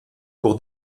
pour